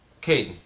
Caden